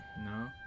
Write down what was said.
No